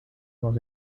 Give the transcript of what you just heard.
dans